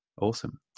Awesome